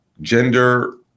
gender